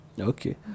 Okay